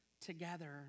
together